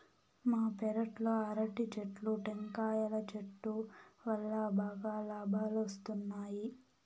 మా పెరట్లో అరటి చెట్లు, టెంకాయల చెట్టు వల్లా బాగా లాబాలొస్తున్నాయి